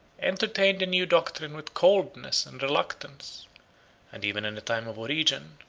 entertained the new doctrine with coldness and reluctance and even in the time of origen,